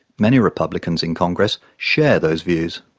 many republicans in congress share those views.